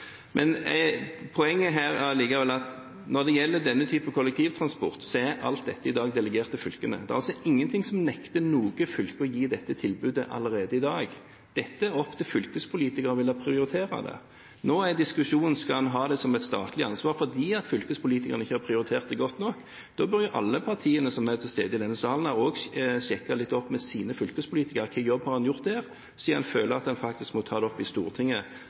Poenget her er likevel at når det gjelder denne typen kollektivtransport, er alt dette i dag delegert til fylkene. Det er ingenting som hindrer noe fylke å gi dette tilbudet allerede i dag. Dette er det opp til fylkespolitikerne å prioritere. Nå er diskusjonen om en skal ha det som et statlig ansvar fordi fylkespolitikerne ikke har prioritert det godt nok. Da bør alle partiene som er til stede i denne salen, sjekke med sine fylkespolitikere hvilken jobb en har gjort på dette området, siden en føler at en må ta det opp i Stortinget